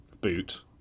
boot